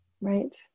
right